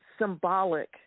symbolic